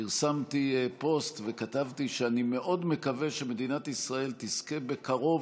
פרסמתי פוסט וכתבתי שאני מאוד מקווה שמדינת ישראל תזכה בקרוב